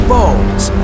Bones